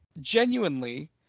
genuinely